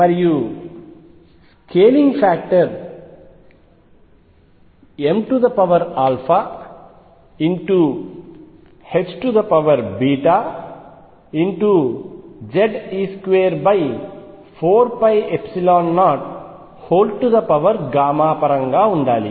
మరియు scaling factor mZe24π0 పరంగా ఉండాలి